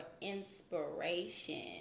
inspiration